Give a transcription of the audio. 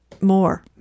more